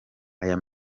aya